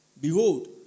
Behold